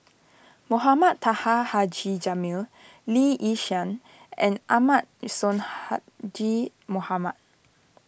Mohamed Taha Haji Jamil Lee Yi Shyan and Ahmad Sonhadji Mohamad